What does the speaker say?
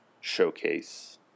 showcase